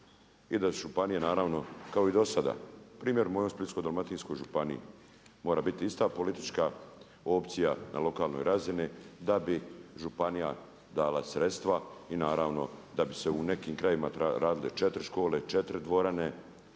I da županije naravno kao i do sada. Primjer u mojoj Splitsko-dalmatinskoj županiji mora biti ista politička opcija na lokalnoj razini da bi županija dala sredstva i naravno da bi se u nekim krajevima radile četiri škole, četiri dvorane